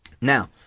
Now